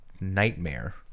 nightmare